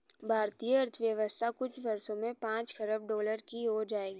भारतीय अर्थव्यवस्था कुछ वर्षों में पांच खरब डॉलर की हो जाएगी